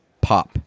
Pop